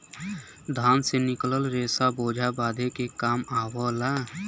धान से निकलल रेसा बोझा बांधे के काम आवला